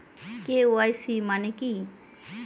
KYC মানে কি?